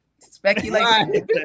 Speculation